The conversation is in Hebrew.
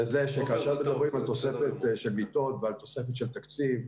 בזה שכאשר מדברים על תוספת של מיטות ועל תוספת של תקציב,